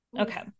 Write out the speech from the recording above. Okay